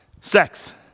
sex